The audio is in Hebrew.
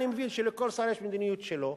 אני מבין שלכל שר יש מדיניות שלו,